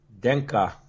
Denka